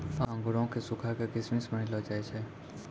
अंगूरो क सुखाय क किशमिश बनैलो जाय छै